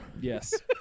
Yes